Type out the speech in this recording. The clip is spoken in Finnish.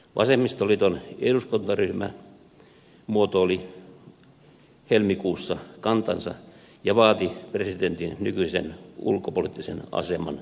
vasemmistoliiton eduskuntaryhmä muotoili helmikuussa kantansa ja vaati presidentin nykyisen ulkopoliittisen aseman säilyttämistä